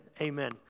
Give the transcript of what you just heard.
Amen